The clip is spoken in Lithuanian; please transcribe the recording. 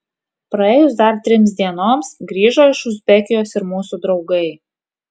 praėjus dar trims dienoms grįžo iš uzbekijos ir mūsų draugai